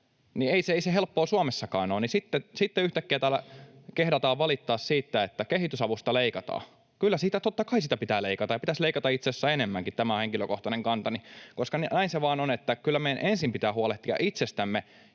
Ei se helppoa Suomessakaan ole, ja sitten yhtäkkiä täällä kehdataan valittaa siitä, että kehitysavusta leikataan. Kyllä, totta kai sitä pitää leikata ja pitäisi leikata itse asiassa enemmänkin — tämä on henkilökohtainen kantani — koska näin se vaan on, että kyllä meidän ensin pitää huolehtia itsestämme,